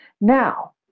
Now